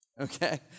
okay